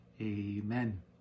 amen